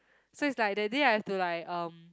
so it's like that day I have to like um